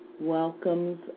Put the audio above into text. welcomes